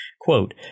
Quote